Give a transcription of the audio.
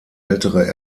ältere